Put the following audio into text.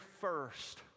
first